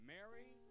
Mary